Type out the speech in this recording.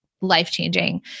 life-changing